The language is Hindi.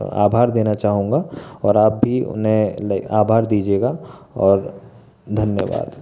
आभार देना चाहूँगा और आप भी उन्हें ले आभार दीजिएगा और धन्यवाद